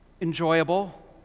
enjoyable